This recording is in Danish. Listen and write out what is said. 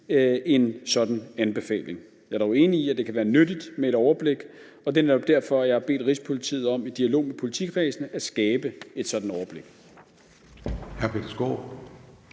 en sådan anbefaling. Jeg er dog enig i, at det kan være nyttigt med et overblik, og det er netop derfor, at jeg har bedt Rigspolitiet om i dialog med politikredsene at skabe et sådant overblik.